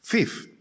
Fifth